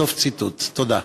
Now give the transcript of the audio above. תודה.